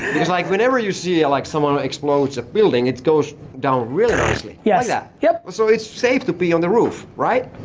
it was like whenever you see like someone explodes a building it goes down really nicely yeah yeah so it's safe to be on the roof, right?